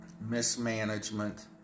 mismanagement